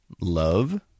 love